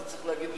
לא.